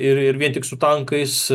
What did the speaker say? ir ir vien tik su tankais